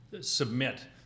submit